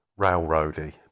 railroady